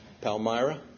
Palmyra